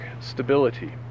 stability